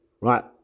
Right